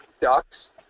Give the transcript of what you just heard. ducks